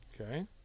Okay